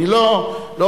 אני לא אומר,